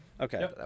Okay